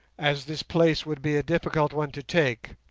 as this place would be a difficult one to take.